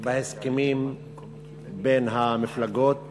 בהסכמים בין המפלגות,